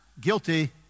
Guilty